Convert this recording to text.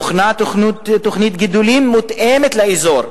הוכנה תוכנית גידולים מותאמת לאזור,